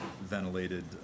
ventilated